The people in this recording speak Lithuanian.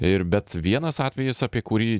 ir bet vienas atvejis apie kurį